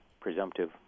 presumptive